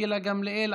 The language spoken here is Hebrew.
גילה גמליאל,